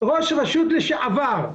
ראש רשות לשעבר,